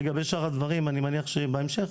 לגבי שאר הדברים אני מניח שיהיה בהמשך.